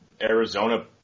Arizona